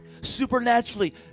Supernaturally